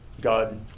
God